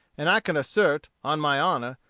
and i can assert, on my honor,